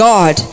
God